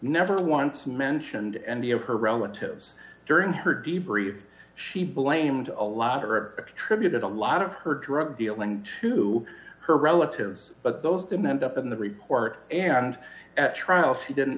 never once mentioned any of her relatives during her deep breathe she blamed a lot of are attributed a lot of her drug dealing to her relatives but those demand up in the report and at trial she didn't